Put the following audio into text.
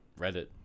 Reddit